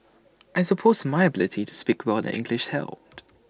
I suppose my ability to speak well in English helped